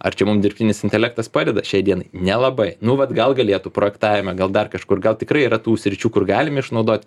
ar čia mum dirbtinis intelektas padeda šiai dienai nelabai nu vat gal galėtų projektavime gal dar kažkur gal tikrai yra tų sričių kur galim išnaudot